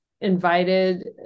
invited